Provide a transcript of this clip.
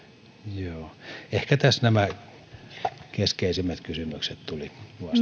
joo ehkä tässä näihin keskeisimpiin kysymyksiin tuli